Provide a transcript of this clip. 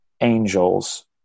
angels